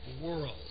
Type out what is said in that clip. world